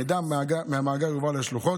המידע מהמאגר יועבר לשלוחות,